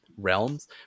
realms